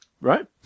right